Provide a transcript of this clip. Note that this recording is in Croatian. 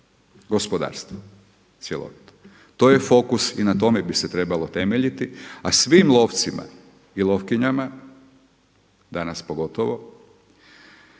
gospodarstvo cjelovito. To je fokus i na tome bi se trebalo temeljiti. A svim lovcima i lovkinjama danas pogotovo